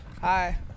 Hi